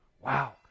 Wow